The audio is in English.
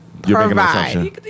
Provide